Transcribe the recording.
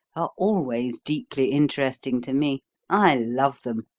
are always deeply interesting to me i love them.